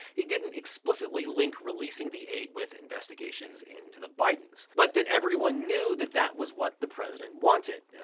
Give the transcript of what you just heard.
he didn't explicitly link releasing the aid with investigations into the bidens, but that everyone knew that that was what the president wanted.